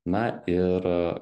na ir